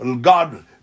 God